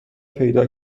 پیدا